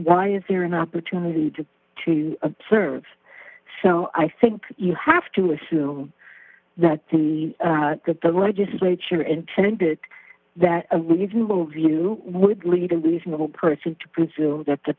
why is there an opportunity to observe so i think you have to assume that the that the legislature intended that a reasonable view would lead a reasonable person to presume that the